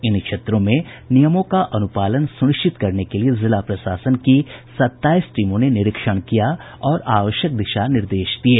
इन क्षेत्रों में नियमों का अनुपालन सुनिश्चित करने के लिये जिला प्रशासन की सताईस टीमों ने निरीक्षण किया और आवश्यक दिशा निर्देश दिये